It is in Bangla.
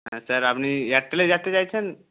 হ্যাঁ স্যার আপনি এয়ারটেলে যেতে চাইছেন